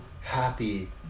happy